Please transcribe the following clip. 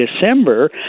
December